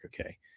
okay